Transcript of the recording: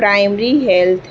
primary health